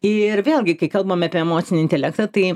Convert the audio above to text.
ir vėlgi kai kalbame apie emocinį intelektą tai